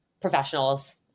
professionals